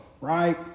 right